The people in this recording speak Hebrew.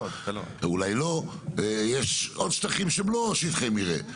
אולי לא יש עוד שטחים שהם לא שטחי מרעה.